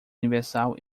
universal